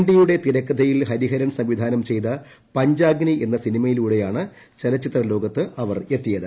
ടിയുടെ തിരക്കഥയിൽ ഹരിഹരൻ സംവിധാനം ചെയ്ത പഞ്ചാഗ്നി എന്ന സിനിമയിലൂടെയാണ് ചലച്ചിത്ര ലോകത്ത് എത്തിയത്